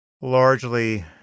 largely